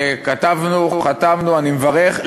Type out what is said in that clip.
כתבנו, חתמנו, אני מברך.